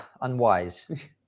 unwise